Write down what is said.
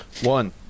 One